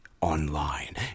online